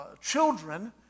children